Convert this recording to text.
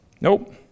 Nope